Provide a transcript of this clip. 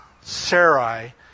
Sarai